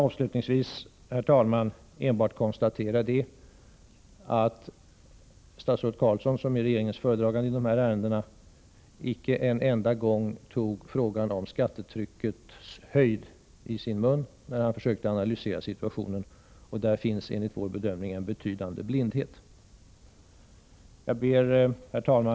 Avslutningsvis, herr talman, vill jag endast konstatera att statsrådet Carlsson, som är regeringens föredragande i de här ärendena, icke en enda gång tog några ord om skattetryckets höjd i sin mun när han försökte analysera situationen. I det avseendet finns det enligt vår bedömning en betydande blindhet. Herr talman!